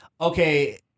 okay